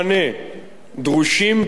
דרושים פתרונות.